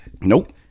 Nope